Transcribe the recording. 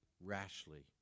rashly